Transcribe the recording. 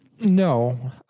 No